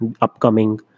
upcoming